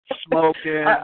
smoking